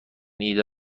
ایده